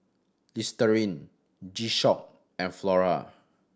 Listerine G Shock and Flora